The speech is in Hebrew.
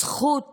זכות